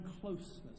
closeness